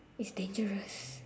it's dangerous